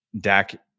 Dak